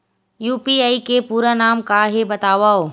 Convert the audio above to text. UPI के पूरा नाम का हे बतावव?